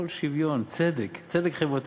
בסך הכול שוויון, צדק, צדק חברתי.